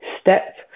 step